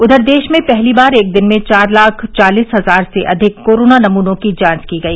उधर देश में पहली बार एक दिन में चार लाख चालीस हजार से अधिक कोरोना नमूनों की जांच की गई